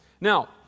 Now